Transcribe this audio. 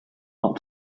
not